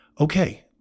okay